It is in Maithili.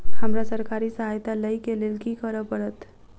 हमरा सरकारी सहायता लई केँ लेल की करऽ पड़त?